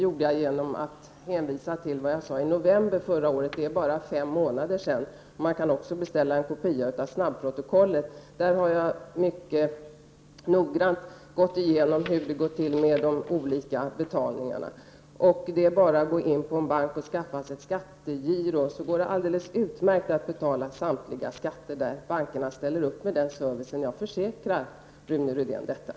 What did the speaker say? Jag svarade genom att hänvisa till vad jag sade i november förra året, och det är bara fem månader sedan dess. Det går också bra att beställa ett exemplar av snabbprotokollet. Jag har mycket noggrant gått i genom hur det förhåller sig med de olika betalningarna. Det är bara att skaffa sig ett skattegiro i en bank. Då går det alldeles utmärkt att betala samtliga skatter. Jag försäkrar Rune Rydén att bankerna erbjuder den servicen.